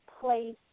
place